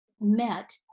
met